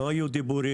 לא היו דיבורים,